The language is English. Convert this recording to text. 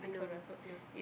uh no no